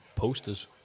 Posters